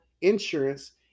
insurance